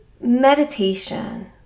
Meditation